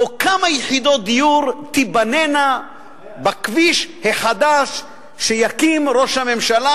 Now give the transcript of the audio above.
או: כמה יחידות דיור תיבנינה ליד הכביש החדש שיקים ראש הממשלה,